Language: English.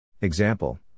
Example